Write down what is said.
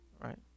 right